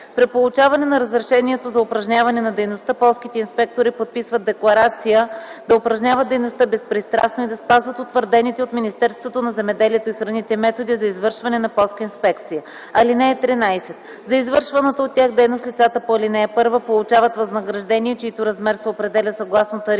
При получаване на разрешението за упражняване на дейността полските инспектори подписват декларация да упражняват дейността безпристрастно и да спазват утвърдените от Министерството на земеделието и храните методи за извършване на полска инспекция. (13) За извършваната от тях дейност лицата по ал. 1 получават възнаграждение, чийто размер се определя съгласно тарифа,